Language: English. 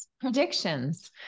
Predictions